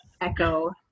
echo